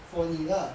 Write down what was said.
for 你 lah